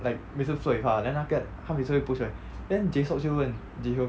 like 每次 flirt with 她的 then after that 她每次会 push away then jae suk 就问 ji hyo